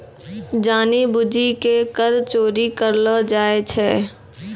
जानि बुझि के कर चोरी करलो जाय छै